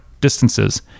distances